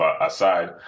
aside